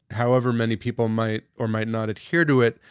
however many people might or might not adhere to it,